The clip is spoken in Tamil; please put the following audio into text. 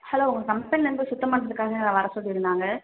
ஹலோ உங்கள் கம்பெனியிலேந்து சுத்தம் பண்ணுறதுக்காக வர சொல்லி இருந்தாங்க